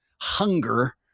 hunger